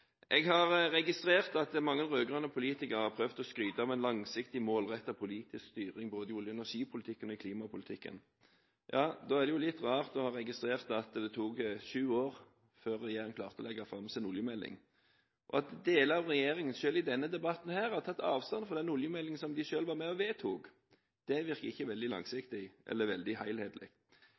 Jeg har registrert at mange rød-grønne politikere har prøvd å skryte av en langsiktig, målrettet politisk styring, både i olje- og energipolitikken og i klimapolitikken. Da er det jo litt rart å ha registrert at det tok syv år før regjeringen klarte å legge fram oljemeldingen sin, og at deler av regjeringen – selv i denne debatten – har tatt avstand fra den oljemeldingen som de selv var med og vedtok. Det virker ikke veldig langsiktig eller veldig